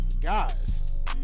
guys